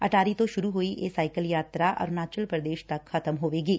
ਅਟਾਰੀ ਤੋਂ ਸ਼ੁਰੂ ਹੋਈ ਇਹ ਸਾਇਕਲ ਯਾਤਰਾ ਅਰੁਣਾਚਲ ਪੁਦੇਸ਼ ਚ ਖ਼ਤਮ ਹੋਵੇਗੀ